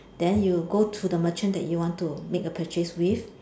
then you go to the merchant that you want to make the purchase with